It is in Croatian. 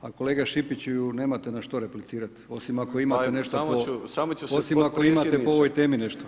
a kolega Šipiću nemate na što replicirat, osim ako imate nešto po [[Upadica Šipić: Samo ću se potpredsjedniče.]] Osim ako imate po ovoj temi nešto.